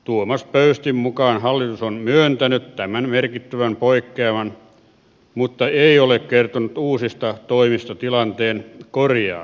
tuomas pöystin mukaan hallitus on myöntänyt tämän merkittävän poikkeaman mutta ei ole kertonut uusista toimista tilanteen korjaamiseksi